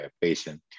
patient